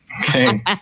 Okay